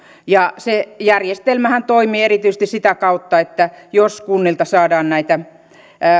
ja se järjestelmähän toimii erityisesti sitä kautta että jos kunnilta saadaan näitä